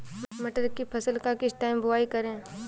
मटर की फसल का किस टाइम बुवाई करें?